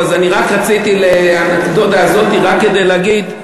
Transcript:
אני רק רציתי את האנקדוטה הזאת כדי להגיד.